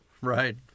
Right